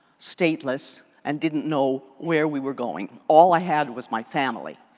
stateless and didn't know where we were going. all i had was my family.